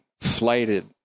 flighted